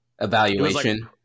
Evaluation